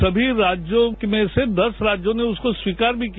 सभी राज्यों में से दस राज्योंल ने उसको स्वीरकार भी किया